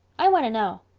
i want to know.